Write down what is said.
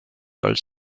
als